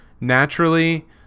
naturally